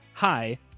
hi